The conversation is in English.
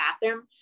bathroom